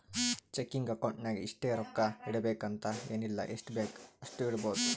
checking account ನಾಗ್ ಇಷ್ಟೇ ರೊಕ್ಕಾ ಇಡಬೇಕು ಅಂತ ಎನ್ ಇಲ್ಲ ಎಷ್ಟಬೇಕ್ ಅಷ್ಟು ಇಡ್ಬೋದ್